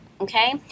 Okay